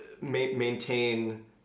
maintain